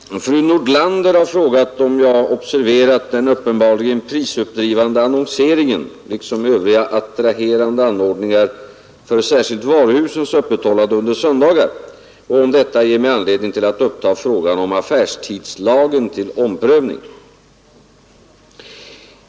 Herr talman! Fru Nordlander har frågat om jag observerat den uppenbarligen prisuppdrivande annonseringen liksom övriga attraherande anordningar för särskilt varuhusens öppethållande under söndagar och om detta ger mig anledning till att uppta frågan om affärstidslagen till omprövning.